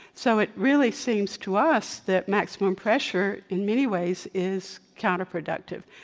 so it really seems to us that maximum pressure, in many ways, is counterproductive,